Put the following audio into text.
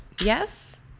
Yes